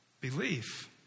belief